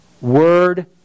word